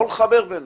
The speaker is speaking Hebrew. לא לחבר ביניהם.